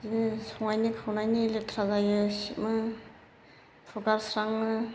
बिदिनो संनायनि खावनायनि लेथ्रा जायो सिबो फुगारस्राङो